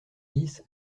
dix